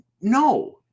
no